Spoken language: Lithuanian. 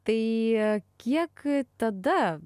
tai kiek tada